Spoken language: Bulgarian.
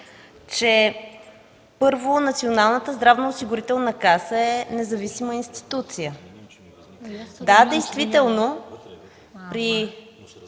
че, първо, Националната здравноосигурителна каса е независима институция. Да, действително през